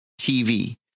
TV